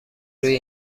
روی